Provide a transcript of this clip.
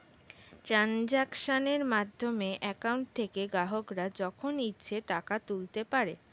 ট্রানজাক্শনের মাধ্যমে অ্যাকাউন্ট থেকে গ্রাহকরা যখন ইচ্ছে টাকা তুলতে পারে